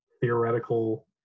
theoretical